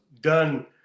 done